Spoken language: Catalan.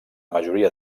majoria